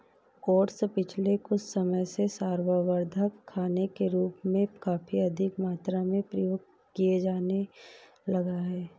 oats पिछले कुछ समय से स्वास्थ्यवर्धक खाने के रूप में काफी अधिक मात्रा में प्रयोग किया जाने लगा है